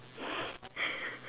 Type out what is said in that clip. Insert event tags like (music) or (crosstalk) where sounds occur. (laughs)